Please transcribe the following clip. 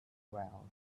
vow